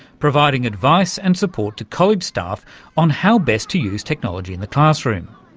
providing advice and support to college staff on how best to use technology in the classroom.